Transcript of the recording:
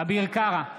אביר קארה,